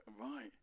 right